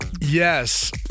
Yes